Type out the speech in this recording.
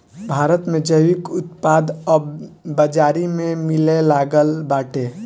भारत में जैविक उत्पाद अब बाजारी में मिलेलागल बाटे